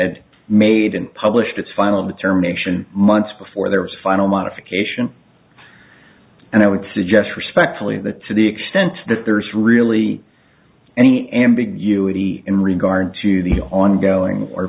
had made and published its final determination months before there was final modification and i would suggest respectfully the to the extent that there's really any ambiguity in regard to the ongoing